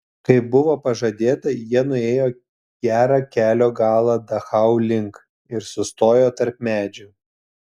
kaip buvo pažadėta jie nuėjo gerą kelio galą dachau link ir sustojo tarp medžių